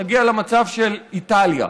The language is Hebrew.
נגיע למצב של איטליה,